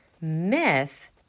Myth